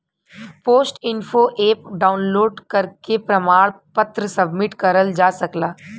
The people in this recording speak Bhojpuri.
पोस्ट इन्फो एप डाउनलोड करके प्रमाण पत्र सबमिट करल जा सकला